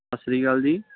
ਸਤਿ ਸ਼੍ਰੀ ਅਕਾਲ ਜੀ